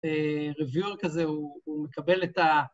ריוויואר כזה, הוא מקבל את ה...